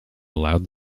allowed